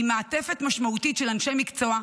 עם מעטפת משמעותית של אנשי מקצוע,